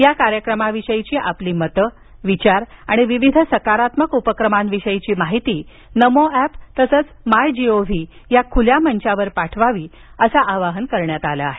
या कार्यक्रमाविषयीची आपली मते विचार आणि विविध सकारात्मक उपक्रमांविषयीची माहिती नमों एप तसाच माय जी ओ व्ही या खुल्या मंचावर पाठवावेत असं आवाहन करण्यात आलं आहे